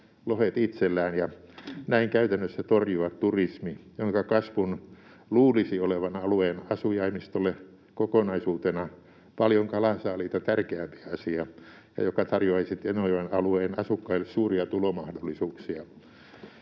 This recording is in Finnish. lohet itsellään ja näin käytännössä torjua turismi, jonka kasvun luulisi olevan alueen asujaimistolle kokonaisuutena paljon kalansaaliita tärkeämpi asia ja joka tarjoaisi Tenojoen alueen asukkaille suuria tulomahdollisuuksia.